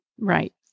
right